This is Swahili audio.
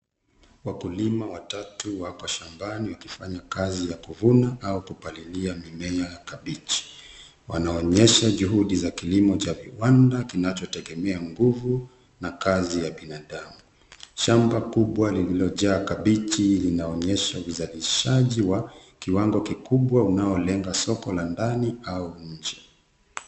Wakulima watatu wako shambani wakifanya kazi ya kuvuna au kupalilia mimea ya kabichi. Wanaonyesha juhudi za kilimo cha viwanda kinachotegemea nguvu na kazi ya binadamu. Shamba kubwa lililojaa kabichi linaonyesha uzalishaji wa kiwango kikubwa unaolenga soko la ndani au nje.